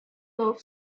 for